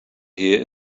here